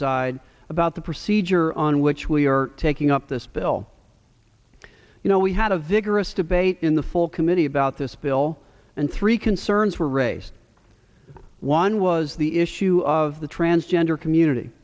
side about the procedure on which we are taking up this bill you know we had a vigorous debate in the full committee about this bill and three concerns were raised one was the issue of the transgender community